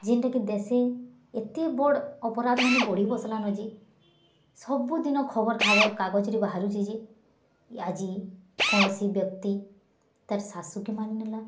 ଯେନ୍ତାକି ଦେଶେ ଏତେ ବଡ଼୍ ଅପରାଧ୍ ମାନେ ବଢ଼ି ବସିଲାନ ଯେ ସବୁଦିନ ଖବର୍ ଖାବରକାଗଜ୍ରେ ବାହାରୁଚି ଯେ ଆଜି କୌଣସି ବ୍ୟକ୍ତି ତାର୍ ଶାଶୁକେ ମାରିନେଲା